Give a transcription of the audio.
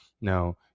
Now